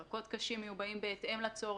ירקות קשים מיובאים בהתאם לצורך,